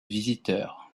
visiteurs